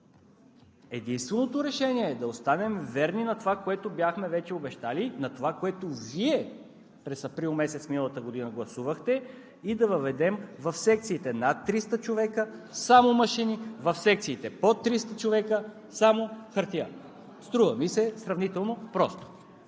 Единственото решение да останем верни на това, което бяхме вече обещали, на това, което Вие през месец април миналата година гласувахте, е да въведем в секциите над 300 човека само машини, в секциите под 300 човека – само хартия. Струва ми се сравнително просто.